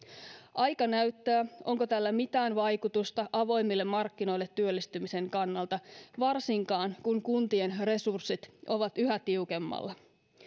aika näyttää onko tällä mitään vaikutusta avoimille markkinoille työllistymisen kannalta varsinkaan kun kuntien resurssit ovat yhä tiukemmalla